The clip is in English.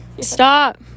stop